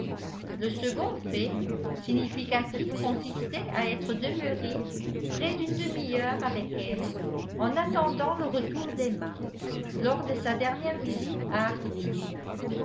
le second fait significatif consistait à être demeuré près d'une demi-heure avec elle en attendant le retour d'emma lors de sa dernière visite à